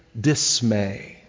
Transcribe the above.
dismay